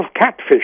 catfish